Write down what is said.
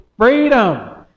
freedom